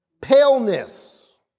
paleness